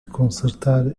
consertar